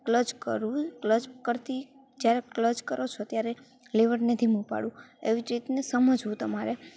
clutch કરવું clutch કરતી જ્યારે ક્લચ કરો છો ત્યારે લિવરને ધીમું પાળવું એવી જ રીતની સમજવું તમારે